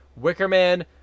Wickerman